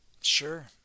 sure